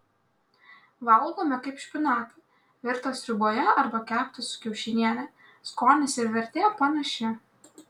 valgome kaip špinatą virtą sriuboje arba keptą su kiaušiniene skonis ir vertė panaši